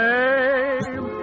name